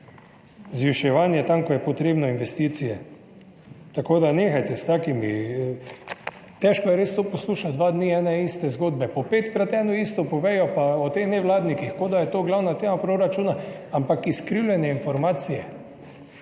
zviševanje tam, kjer je potrebno, investicije. Tako da nehajte s takimi [izjavami]. Res je težko to poslušati dva dni, ene in iste zgodbe, po petkrat eno in isto povejo, pa o teh nevladnikih, kot da je to glavna tema proračuna, ampak to so izkrivljene informacije.